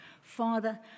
Father